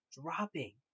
dropping